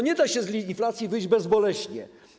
Nie da się z inflacji wyjść bezboleśnie.